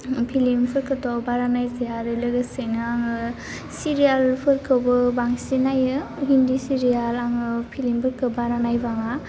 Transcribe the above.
फिलिमफोरखौथ' बारा नायस्राया आरो लोगोसेनो आङो सिरियालफोरखौबो बांसिन नायो हिन्दी सिरियाल आङो फिलिमफोरखौ बारा नायबाङा